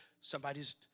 somebody's